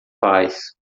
paz